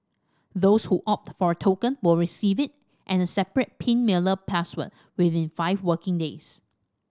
those who opt for a token will receive it and a separate pin mailer password within five working days